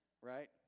Right